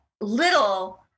little